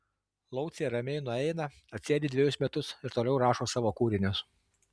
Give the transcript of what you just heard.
laucė ramiai nueina atsėdi dvejus metus ir toliau rašo savo kūrinius